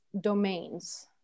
domains